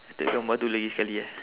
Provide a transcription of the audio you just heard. that gambar itu lagi sekali eh